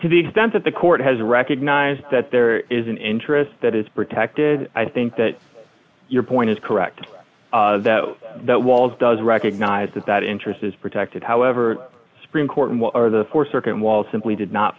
to the extent that the court has recognized that there is an interest that is protected i think that your point is correct that the walls does recognize that that interest is protected however supreme court and what are the four circuit walls simply did not